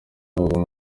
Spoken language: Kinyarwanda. ahubwo